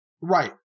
Right